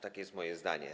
Takie jest moje zdanie.